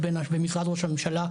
במשרד ראש הממשלה,